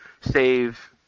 save